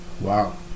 Wow